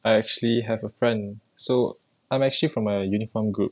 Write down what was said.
I actually have a friend so I'm actually from a uniform group